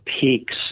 peaks